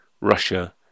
Russia